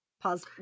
Pause